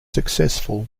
successful